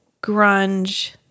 grunge